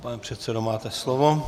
Pane předsedo, máte slovo.